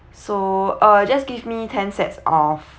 so uh just give me ten sets of